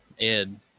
Ed